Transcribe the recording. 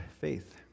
faith